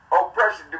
Oppression